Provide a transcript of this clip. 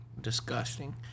disgusting